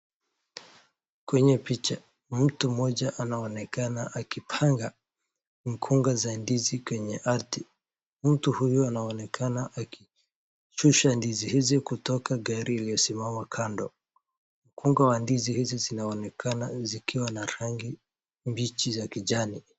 Kwenya picha mtu mmoja anaonekana akipanga mkunga za ndizi kwenye ardhi. Mtu huyu anaonekana akishusha ndizi hizi kutoka gari iliosimama kando. Mkunga wa ndizi hizi zinazonekana zikiwa mbichi na rangi ya kijani.